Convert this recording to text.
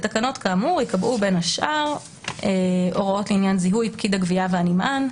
בתקנות כאמור ייקבעו בין השאר הוראות לעניין זיהוי פקיד הגבייה והנמען,